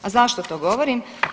A zašto to govorim?